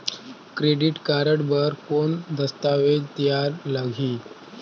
Credit card बर कौन दस्तावेज तैयार लगही?